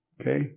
Okay